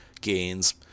gains